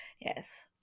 Yes